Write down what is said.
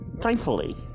thankfully